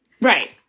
Right